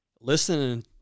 listening